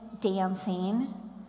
dancing